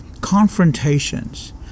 confrontations